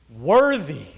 Worthy